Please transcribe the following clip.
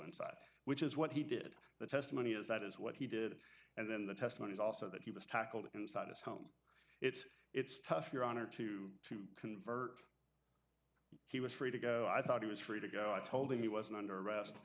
inside which is what he did the testimony is that is what he did and then the testimony is also that he was tackled inside his home it's it's tough your honor to convert he was free to go i thought he was free to go i told him he wasn't under arrest